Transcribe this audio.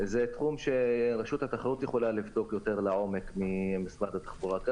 זה תחום שרשות התחרות יכולה לבדוק יותר לעומק ממשרד התחבורה.